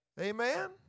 Amen